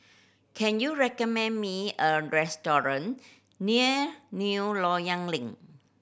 can you recommend me a restaurant near New Loyang Link